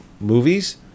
movies